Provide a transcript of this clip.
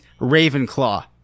Ravenclaw